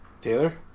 Taylor